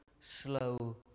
slow